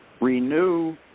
renew